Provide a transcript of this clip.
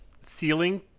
ceiling